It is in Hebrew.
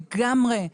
לגמרי.